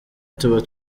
tuba